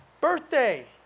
birthday